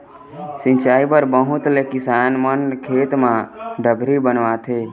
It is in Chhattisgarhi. सिंचई बर बहुत ले किसान मन खेत म डबरी बनवाथे